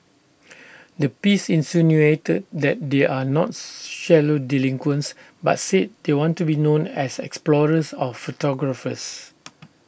the piece insinuated that they are not shallow delinquents but said they want to be known as explorers or photographers